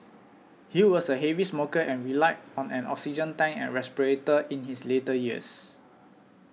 he was a heavy smoker and relied on an oxygen tank and respirator in his later years